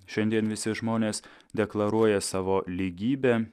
šiandien visi žmonės deklaruoja savo lygybę